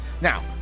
Now